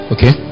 Okay